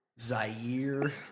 Zaire